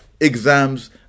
Exams